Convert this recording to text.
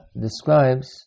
describes